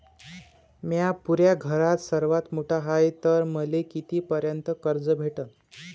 म्या पुऱ्या घरात सर्वांत मोठा हाय तर मले किती पर्यंत कर्ज भेटन?